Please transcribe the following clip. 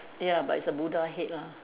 ya but it's a Buddha head lah